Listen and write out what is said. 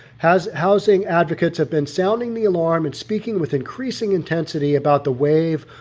has housing advocates have been sounding the alarm and speaking with increasing intensity about the wave,